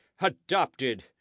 Adopted